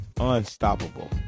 Unstoppable